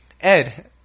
Ed